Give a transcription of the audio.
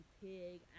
pig